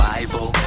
Bible